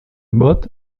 both